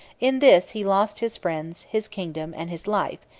in this he lost his friends, his kingdom, and his life,